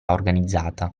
organizzata